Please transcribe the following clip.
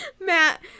Matt